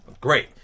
Great